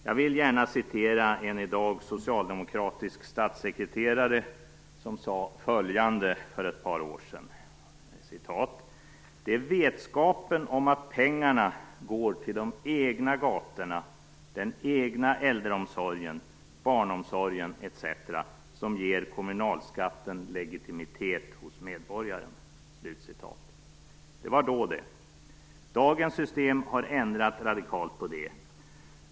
Jag vill gärna citera en i dag socialdemokratisk statssekreterare, som sade följande för ett par år sedan: "Det är vetskapen om att pengarna går till de egna gatorna, den egna äldreomsorgen, barnomsorgen etc. som ger kommunalskatten legitimitet hos medborgaren." Det var då det. Dagens system har ändrat radikalt på detta.